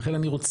לכן אני רוצה